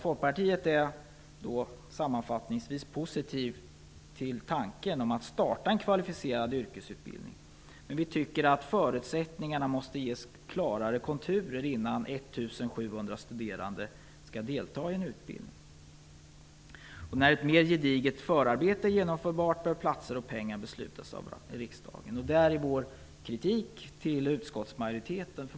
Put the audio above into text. Folkpartiet är sammanfattningsvis positivt till tanken om att starta en kvalificerad yrkesutbildning. Men vi tycker att förutsättningarna måste ges klarare konturer innan 1 700 studerande skall delta i en utbildning. När ett mer gediget förarbete är genomfört bör platser och pengar beslutas av riksdagen. Där är vår kritik till utskottsmajoriteten.